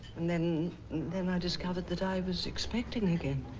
then then i discovered that i was expecting again.